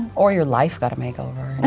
or your life got makeover. and